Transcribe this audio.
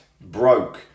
broke